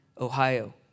Ohio